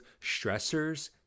stressors